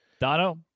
Dono